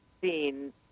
seen